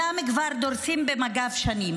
שאותם כבר דורסים במגף כבר שנים,